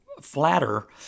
flatter